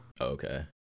Okay